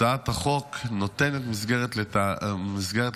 הצעת החוק נותנת מסגרת לתהליך,